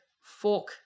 fork